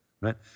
right